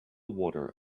water